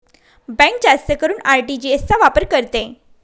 bank जास्त करून RTGS चा वापर करते